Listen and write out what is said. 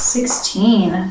Sixteen